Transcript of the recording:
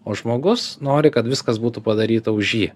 o žmogus nori kad viskas būtų padaryta už jį